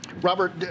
Robert